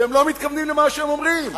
שהם לא מתכוונים למה שהם אומרים.